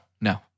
no